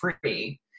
free